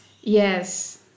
Yes